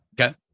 Okay